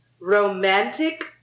romantic